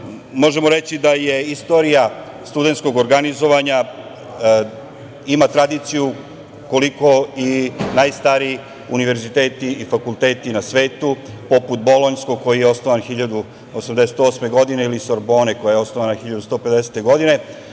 možemo reći da istorija studentskog organizovanja ima tradiciju koliko i najstariji univerziteti i fakulteti na svetu, poput Bolonjskog, koji je osnovan 1088. godine ili Sorbone, koja je osnovana 1150. godine,